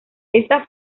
ésta